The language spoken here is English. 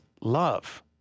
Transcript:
love